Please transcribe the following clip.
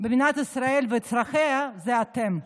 במדינת ישראל וצרכיה אלה אתם.